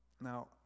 Now